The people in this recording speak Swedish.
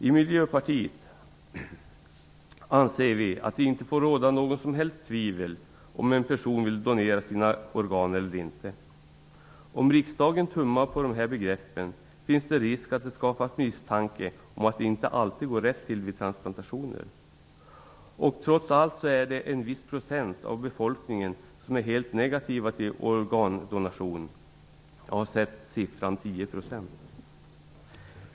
I Miljöpartiet anser vi att det inte får råda några som helst tvivel om huruvida en person vill donera sina organ eller inte. Om riksdagen tummar på de här begreppen finns det risk att det skapas misstankar om att det inte alltid går rätt till vid transplantationer. Och trots allt är en viss procent av befolkningen helt negativ till organdonation. Jag har sett siffran 10 %.